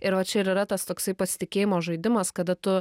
ir va čia ir yra tas toksai pasitikėjimo žaidimas kada tu